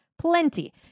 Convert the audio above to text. plenty